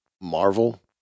Marvel